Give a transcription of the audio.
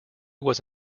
was